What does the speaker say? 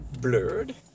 blurred